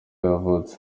yavutse